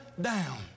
down